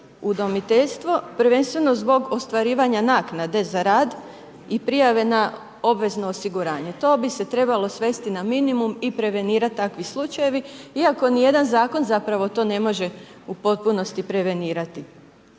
udomiteljstvo prvenstveno zbog ostvarivanje naknade za rad i prijave na obvezno osiguranje, to bi se trebalo svesti na minimum i prevenirati takvi slučajevi iako nijedan zakon zapravo to ne može u potpunosti prevenirati.